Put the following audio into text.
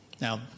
Now